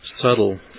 subtle